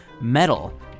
Metal